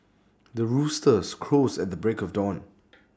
the roosters crows at the break of dawn